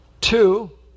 Two